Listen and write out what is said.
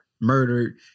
murdered